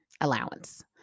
allowance